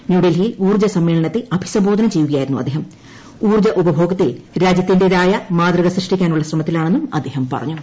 ന്യൂഡൽഹിയിൽ ഊർജ്ജ സമ്മേളനത്തെ അഭിസംബോധന ഊൌർജ്ജ ഉപഭോഗത്തിൽ രാജ്യത്തിന്റെതായ മാതൃക സൃഷ്ടിക്കാനുള്ള ശ്രമത്തിലാണെന്നും അദ്ദേഹം പറഞ്ഞു